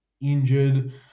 injured